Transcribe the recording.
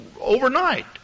overnight